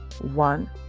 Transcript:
One